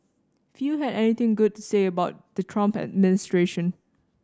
few had anything good to say about the Trump administration